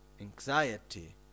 anxiety